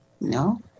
No